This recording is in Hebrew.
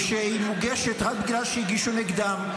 ושהיא מוגשת רק בגלל שהגישו נגדם,